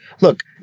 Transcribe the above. look